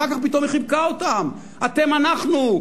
אחר כך פתאום היא חיבקה אותם: אתם אנחנו,